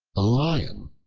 a lion,